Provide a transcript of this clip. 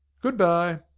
good-bye!